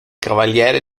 cavaliere